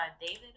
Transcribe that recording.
david